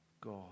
God